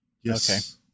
Yes